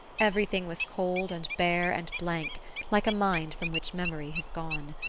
everything was cold and bare and blank like a mind from which memory has gone.